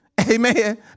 Amen